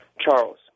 Charles